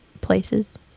places